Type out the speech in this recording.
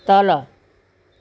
तल